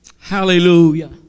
Hallelujah